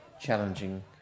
challenging